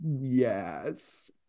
Yes